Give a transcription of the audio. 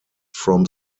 from